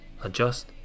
adjust